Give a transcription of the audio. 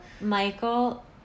Michael